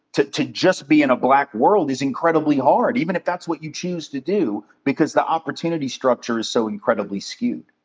to to just be in a black world is incredibly hard, even if that's what you choose to do, because the opportunity structure is so incredibly skewed.